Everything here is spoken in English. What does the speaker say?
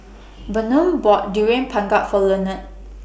Bynum bought Durian Pengat For Lenard